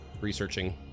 researching